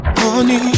honey